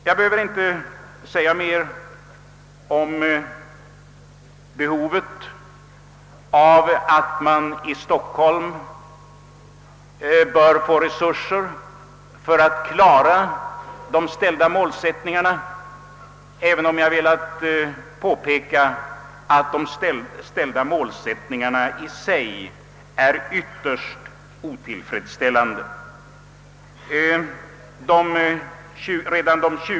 Jag behöver inte säga mer om behovet av att Stockholm får resurser för att klara de uppställda målsättningarna — ehuru jag samtidigt önskat påpeka att dessa målsättningar i sig är ytterst otillfredsställande.